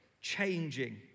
changing